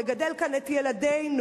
לגדל כאן את ילדינו.